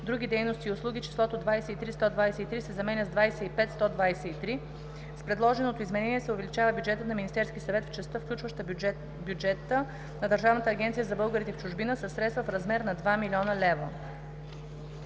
„Други дейности и услуги“ числото „23 123,0“ се заменя с „25 123,0“ (+ 2 000 000). С предложеното изменение се увеличава бюджетът на Министерския съвет в частта, включваща бюджета на Държавната агенция за българите в чужбина, със средства в размер на 2 000 000 лева.“